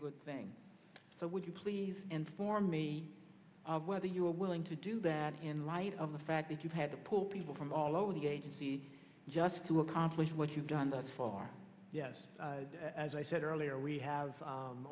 good thing so would you please inform me whether you are willing to do that in light of the fact that you had to pull people from all over the agency just to accomplish what you've done thus far yes as i said earlier we have